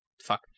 Fuck